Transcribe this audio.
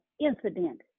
incident